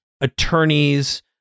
attorneys